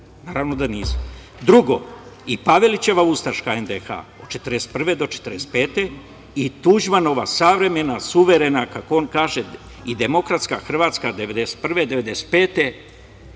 naravno da nisam. Drugo, i Pavelićeva ustaška NDH od 1941. do 1945. godine i Tuđmanova savremena, suverena, kako on kaže, i demokratska Hrvatska od 1991. do 1995.